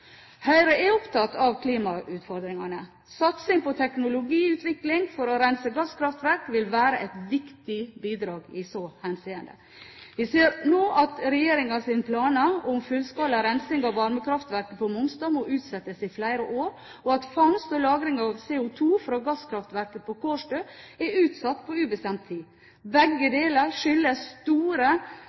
Høyre er opptatt av klimautfordringene. Satsing på teknologiutvikling for å rense gasskraftverk vil være et viktig bidrag i så henseende. Vi ser nå at regjeringens planer om fullskala rensing av varmekraftverket på Mongstad må utsettes i flere år, og at fangst og lagring av CO2 fra gasskraftverket på Kårstø er utsatt på ubestemt tid. Begge deler skyldes store